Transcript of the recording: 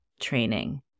training